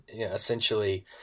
essentially